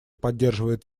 поддерживает